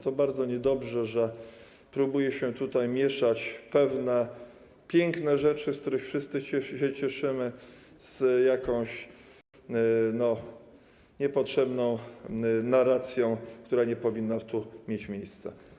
To bardzo niedobrze, że próbuje się tutaj mieszać pewne piękne rzeczy, z których wszyscy się cieszmy, z jakąś niepotrzebną narracją, która nie powinna tu mieć miejsca.